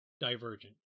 divergent